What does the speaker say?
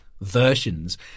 versions